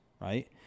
Right